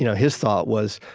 you know his thought was,